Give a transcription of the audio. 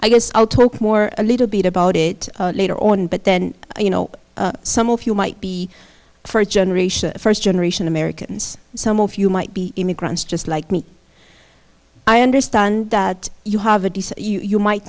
i guess i'll talk more a little bit about it later on but then you know some of you might be first generation first generation americans some of you might be immigrants just like me i understand that you have a decent you might